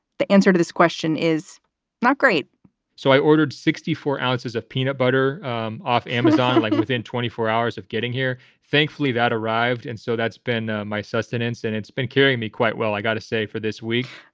the answer to this question is not great so i ordered sixty four ounces of peanut butter um off amazon like within twenty four hours of getting here. thankfully, that arrived. and so that's been ah my sustenance and it's been carrying me quite well i got to say, for this week,